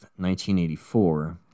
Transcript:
1984